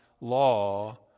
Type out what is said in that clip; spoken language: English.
law